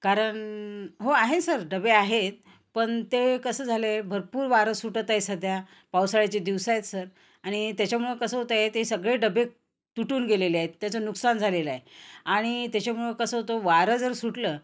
कारण हो आहे सर डबे आहेत पण ते कसं झाले भरपूर वारं सुटत आहे सध्या पावसाळ्याचे दिवस आहेत सर आणि त्याच्यामुळे कसं होतं आहे ते सगळे डबे तुटून गेलेले आहेत त्याचं नुकसान झालेलं आहे आणि त्याच्यामुळं कसं होतं वारं जर सुटलं